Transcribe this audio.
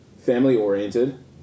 Family-oriented